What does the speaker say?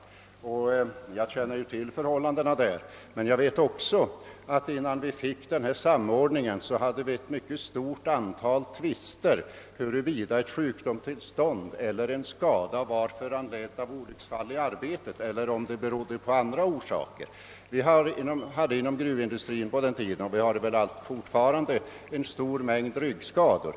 Jag känner till förhållandena där, men jag vet också att innan vi fick denna samordning var det ett mycket stort antal tvister om huruvida ett sjukdomstillstånd eller en skada var föranledd av olycksfall i arbetet eller om orsaken var en annan. Inom gruvindustrin förekom tidigare — liksom det fortfarande gör — en mängd ryggskador.